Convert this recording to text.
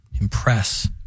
impress